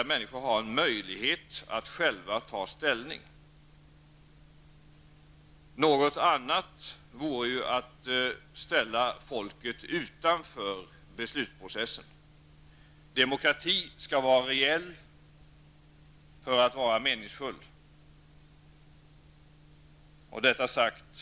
Människor skall ha möjlighet att själva ta ställning. Med en annan ordning skulle man ju ställa människor utanför beslutsprocessen. Demokratin skall för att vara meningsfull också vara reell.